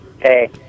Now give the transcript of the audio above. Hey